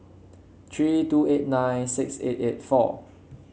three two eight nine six eight eight four